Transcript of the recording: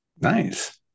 Nice